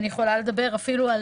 אני יכולה לדבר אפילו על